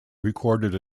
recorded